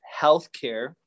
healthcare